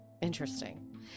Interesting